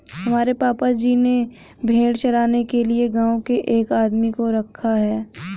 हमारे पापा जी ने भेड़ चराने के लिए गांव के एक आदमी को रखा है